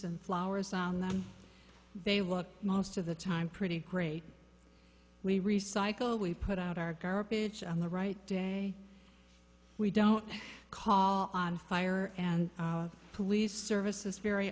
and flowers on them they look most of the time pretty great we recycle we put out our garbage on the right day we don't call on fire and police services very